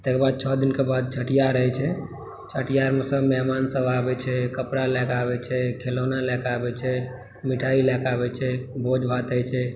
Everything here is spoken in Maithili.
तकर बाद छओ दिनके बाद छठिहार होइत छै छठिहारमे सभ मेहमानसभ आबैत छै कपड़ा लयके आबै छै खिलौना लयके आबै छै मिठाइ लयके आबै छै भोजभात होइत छै